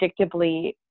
predictably